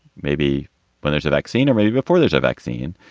maybe when there's a vaccine or maybe before there's a vaccine,